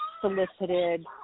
solicited